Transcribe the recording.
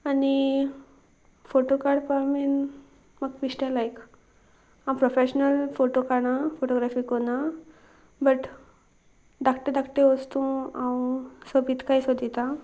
आनी फोटो काडपा मेन म्हाका बिश्टें लायक हांव प्रोफेशनल फोटो काडना फोटोग्राफी करना बट धाकटे धाकटे वस्तू हांव सोबीतकाय सोदतां